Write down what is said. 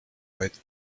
quite